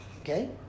okay